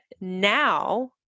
now